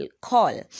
call